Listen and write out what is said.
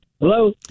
Hello